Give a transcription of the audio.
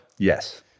Yes